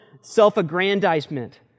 self-aggrandizement